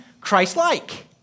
Christ-like